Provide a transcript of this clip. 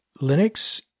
Linux